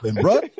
bro